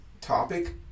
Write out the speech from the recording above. topic